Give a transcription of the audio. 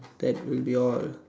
that will be all